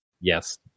Yes